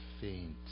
faint